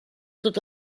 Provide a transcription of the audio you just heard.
tot